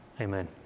Amen